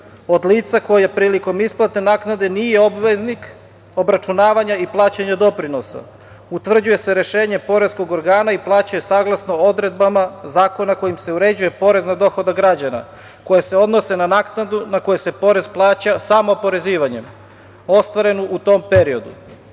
od lica koja prilikom isplate naknade nije obveznik obračunavanja i plaćanja doprinosa, utvrđuje se rešenje poreskog organa i plaća saglasno odredbama zakona kojim se uređuje porez na dohodak građana, koje se odnose na naknadu na koje se porez plaća samo oporezivanjem, ostvaren u tom periodu. Moram